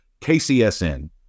KCSN